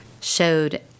showed